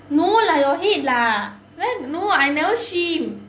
no lah your head lah where no I never swim